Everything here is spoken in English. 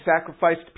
sacrificed